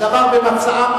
הדבר במצעם,